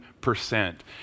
percent